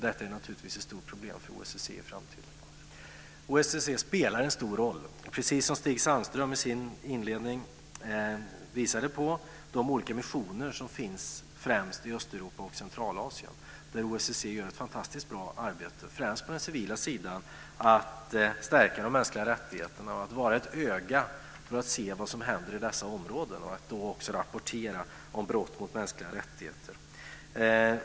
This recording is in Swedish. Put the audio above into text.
Detta är naturligtvis ett stort problem för OSSE. OSSE spelar en stor roll, precis som Stig Sandström i sin inledning visade, genom de olika missioner som finns främst i Östeuropa och Centralasien, där OSSE gör ett fantastiskt bra arbete främst på den civila sidan med att stärka de mänskliga rättigheterna och att vara ett öga för att se vad som händer i dessa områden och att också rapportera om brott mot mänskliga rättigheter.